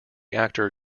actor